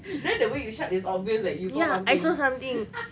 then the way you shout is obvious that you saw one thing